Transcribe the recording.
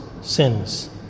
sins